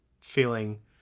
feeling